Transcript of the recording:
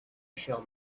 shall